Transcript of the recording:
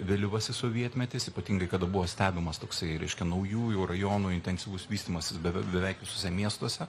vėlyvasis sovietmetis ypatingai kada buvo stebimas toksai reiškia naujųjų rajonų intensyvus vystymasis beve beveik visuose miestuose